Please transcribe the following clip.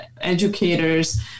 educators